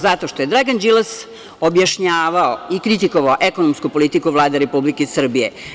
Zato što je Dragan Đilas objašnjavao i kritikovao ekonomsku politiku Vlade Republike Srbije.